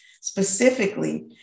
specifically